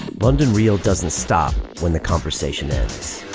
london real doesn't stop when the conversation ends.